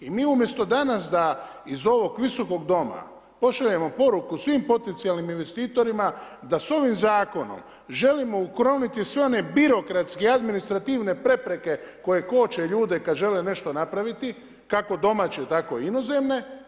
I mi umjesto danas da iz ovog Visokog doma pošaljemo poruku svim potencijalnim investitorima da s ovim zakonom želimo ukloniti sve one birokratske i administrativne prepreke koje koče ljude kada žele nešto napraviti, kako domaće tako i inozemne.